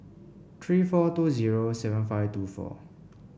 three four two zero seven five two four